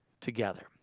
together